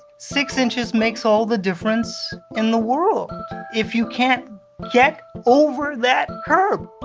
six inches makes all the difference in the world if you can't get over that curb